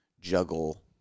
juggle